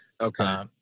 Okay